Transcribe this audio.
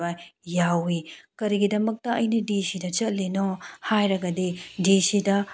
ꯌꯥꯎꯋꯤ ꯀꯔꯤꯒꯤꯗꯃꯛꯇ ꯑꯩꯅ ꯗꯤ ꯁꯤꯗ ꯆꯠꯂꯤꯅꯣ ꯍꯥꯏꯔꯒꯗꯤ ꯗꯤ ꯁꯤꯗ ꯑꯩꯅ